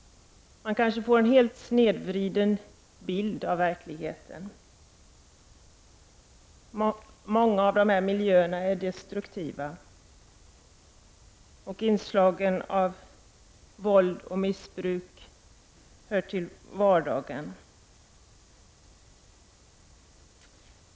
De kanske får en helt snedvriden bild av verkligheten. Många av de här miljöerna är destruktiva, och inslagen av våld och missbruk hör till vardagen.